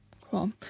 Cool